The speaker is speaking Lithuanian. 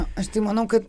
aš tai manau kad